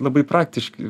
labai praktiški